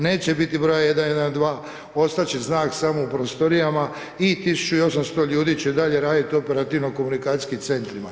Neće biti broja 112, ostati će znak samo u prostorijama i 1800 ljudi će i dalje raditi operativno komunikacijskim centrima.